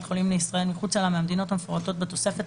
חולים לישראל מחוצה לה מהמדינות המפורטות בתוספת,